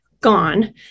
gone